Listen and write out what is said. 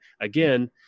again